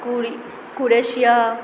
Croatia